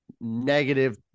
negative